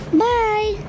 bye